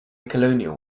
colonial